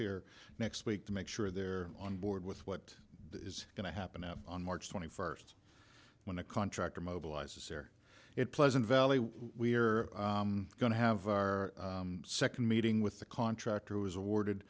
here next week to make sure they're on board with what is going to happen on march twenty first when a contractor mobilizes here it pleasant valley we're going to have our second meeting with the contractor was awarded